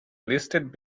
listed